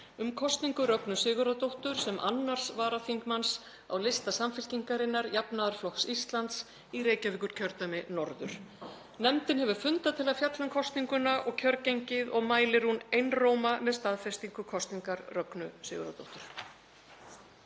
um kosningu Rögnu Sigurðardóttur sem 2. varaþingmanns á lista Samfylkingarinnar – jafnaðarflokks Íslands í Reykjavíkurkjördæmi norður. Nefndin hefur fundað til að fjalla um kosninguna og kjörgengið og mælir einróma með staðfestingu kosningar Rögnu Sigurðardóttur.